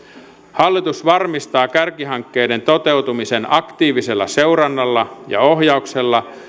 hallitus varmistaa kärkihankkeiden toteutumisen aktiivisella seurannalla ja ohjauksella